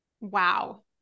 Wow